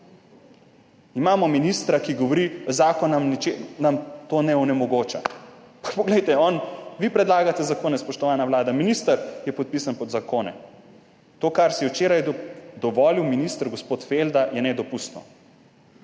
Imamo ministra, ki govori, zakon nam tega ne omogoča. Vi predlagate zakone, spoštovana vlada, minister je podpisan pod zakone. To, kar si je včeraj dovolil minister gospod Felda, je nedopustno.